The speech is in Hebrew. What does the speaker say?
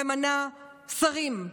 ממנה שרים,